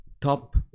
top